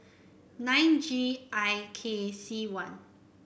nine G I K C one